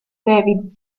david